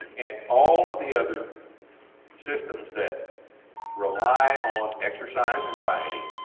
and all of the other systems that rely on exercise variety,